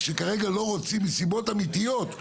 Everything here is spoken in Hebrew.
שכרגע לא רוצים מסיבות אמיתיות,